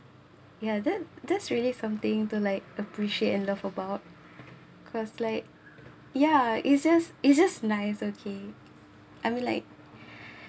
ya that that's really something to like appreciate and love about cause like ya easiest it's just nice okay I mean like